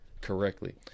correctly